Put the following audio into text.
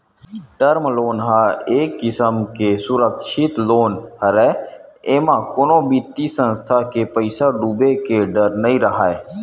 term loan ह एक किसम के सुरक्छित लोन हरय एमा कोनो बित्तीय संस्था के पइसा डूबे के डर नइ राहय